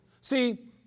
See